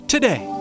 Today